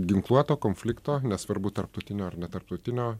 ginkluoto konflikto nesvarbu tarptautinio ar netarptautinio